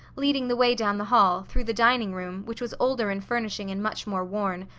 leading the way down the hall, through the dining room, which was older in furnishing and much more worn,